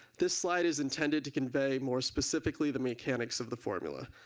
this slide is intended to convey more specifically the mechanics of the formula.